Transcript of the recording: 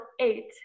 eight